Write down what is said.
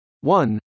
One